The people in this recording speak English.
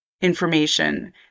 information